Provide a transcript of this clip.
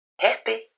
happy